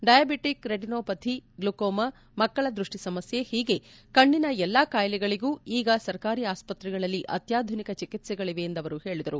diabetic retinopathy glaucoma ಮಕ್ಕಳ ದೃಷ್ಠಿ ಸಮಸ್ಕೆ ಹೀಗೆ ಕಣ್ಣಿನ ಎಲ್ಲಾ ಕಾಯಿಲೆಗಳಗೂ ಈಗ ಸರ್ಕಾರಿ ಆಸ್ಪತ್ರಗಳಲ್ಲಿ ಅತ್ಯಾಧುನಿಕ ಚಿಕಿತ್ಸೆಗಳವೆ ಎಂದು ಅವರು ಹೇಳಿದರು